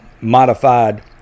modified